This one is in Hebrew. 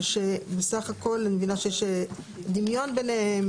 שסך הכל אני מבינה שיש דימיון ביניהם,